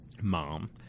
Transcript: mom